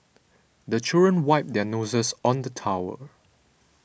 the children wipe their noses on the towel